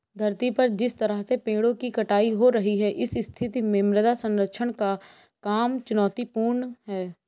धरती पर जिस तरह से पेड़ों की कटाई हो रही है इस स्थिति में मृदा संरक्षण का काम चुनौतीपूर्ण है